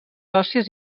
òssies